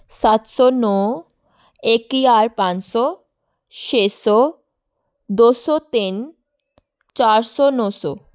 ਸੱਤ ਸੌ ਨੌਂ ਇੱਕ ਹਜ਼ਾਰ ਪੰਜ ਸੌ ਛੇ ਸੌ ਦੋ ਸੌ ਤਿੰਨ ਚਾਰ ਸੌ ਨੌਂ ਸੌ